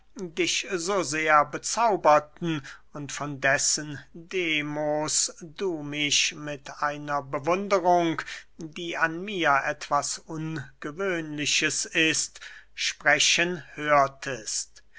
dich so sehr bezauberten und von dessen demos du mich mit einer bewunderung die an mir etwas ungewöhnliches ist sprechen hörtest